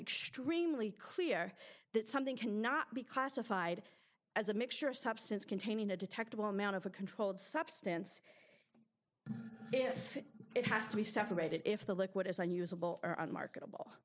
extremely clear that something cannot be classified as a mixture of substance containing a detectable amount of a controlled substance if it has to be separated if the liquid is unusable or unmarketable